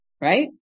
right